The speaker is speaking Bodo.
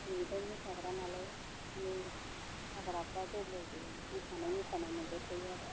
उन्दैनिफ्रायनो मोसाग्रा नालाय बेहा मोसाग्राफ्रा जेब्लायबो मोसानाय मोसानाय मोनबाय थायो आरो